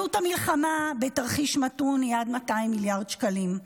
עלות המלחמה בתרחיש מתון היא עד 200 מיליארד שקלים.